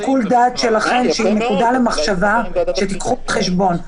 לשיקול דעת שלכם שתיקחו בחשבון,